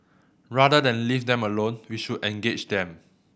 rather than leave them alone we should engage them